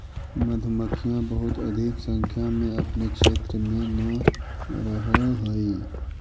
मधुमक्खियां बहुत अधिक संख्या में अपने क्षेत्र में न रहअ हई